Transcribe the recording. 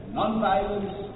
nonviolence